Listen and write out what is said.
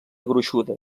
gruixuda